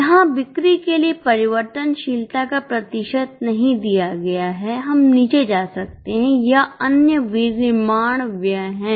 यहां बिक्री के लिए परिवर्तनशीलता का प्रतिशत नहीं दिया गया है हम नीचे जा सकते हैं यह अन्य विनिर्माण व्यय है